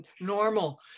normal